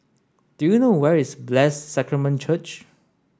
do you know where is Blessed Sacrament Church